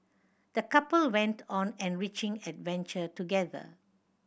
the couple went on an enriching adventure together